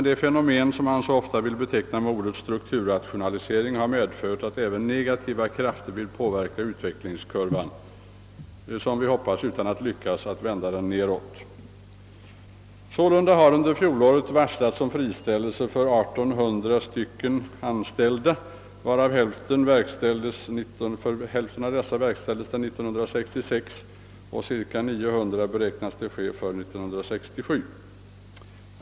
Det fenomen som man ofta kallar strukturrationalisering har medfört att även negativa krafter påverkar utvecklingskurvan — som vi hoppas utan att lyckas vända den nedåt. Sålunda har det under fjolåret varslats om friställelse av 1800 anställda. Hälften av dessa friställdes under 1966, och cirka 900 beräknas friställas under 1967.